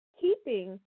keeping